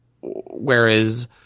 whereas